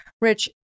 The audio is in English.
Rich